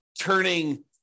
turning